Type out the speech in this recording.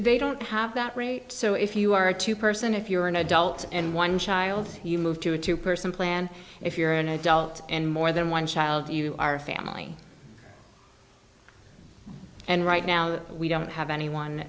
they don't have that rate so if you are a two person if you're an adult and one child you move to a two person plan if you're an adult and more than one child you are family and right now we don't have anyone